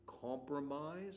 compromise